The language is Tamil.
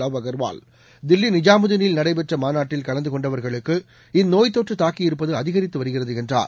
வாவ் அகர்வால் தில்லி நிசாமுதினில் நடைபெற்ற மாநாட்டில் கலந்து கொண்டவர்களுக்கு இந்நோய்த்தொற்று தாக்கியிருப்பது அதிகரித்து வருகிறது என்றார்